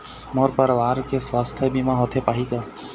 मोर परवार के सुवास्थ बीमा होथे पाही का?